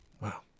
Wow